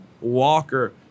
Walker